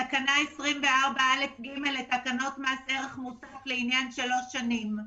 תקנה 24א(ג) לתקנות מס ערך מוסף לעניין שלוש שנים.